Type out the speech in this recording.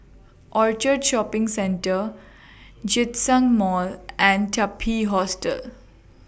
Orchard Shopping Centre Djitsun Mall and Taipei Hotel